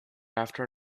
after